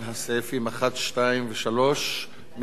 2 ו-3 כהצעת הוועדה,